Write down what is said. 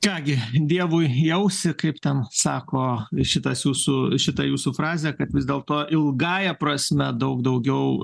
ką gi dievui į ausį kaip ten sako šitas jūsų šita jūsų frazė kad vis dėlto ilgąja prasme daug daugiau